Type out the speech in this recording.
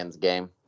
game